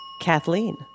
Kathleen